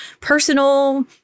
personal